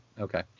okay